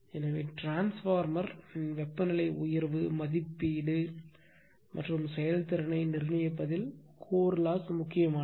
எனவே டிரான்ஸ்பார்மர்இன் வெப்பநிலை உயர்வு மதிப்பீடு மற்றும் செயல்திறனை நிர்ணயிப்பதில் கோர் லாஸ் முக்கியமானது